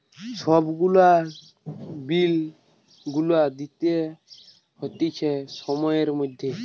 সব গুলা বিল গুলা দিতে হতিছে সময়ের মধ্যে